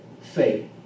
faith